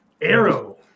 Arrow